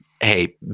hey